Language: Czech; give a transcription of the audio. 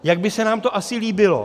Jak by se nám to asi líbilo?